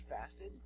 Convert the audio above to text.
fasted